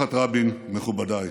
משפחת רבין, מכובדיי.